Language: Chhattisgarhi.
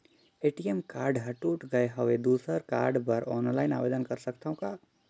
ए.टी.एम कारड टूट गे हववं दुसर कारड बर ऑनलाइन आवेदन कर सकथव का?